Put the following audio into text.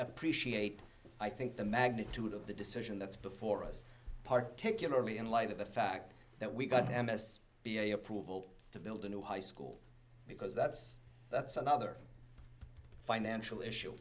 appreciate i think the magnitude of the decision that's before us particularly in light of the fact that we've got and this be a approval to build a new high school because that's that's another financial issue